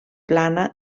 plana